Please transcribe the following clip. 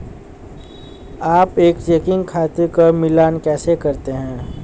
आप एक चेकिंग खाते का मिलान कैसे करते हैं?